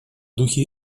духе